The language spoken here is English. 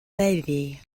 baby